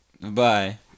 Bye